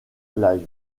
live